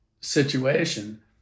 situation